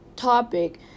topic